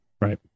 right